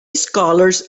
scholars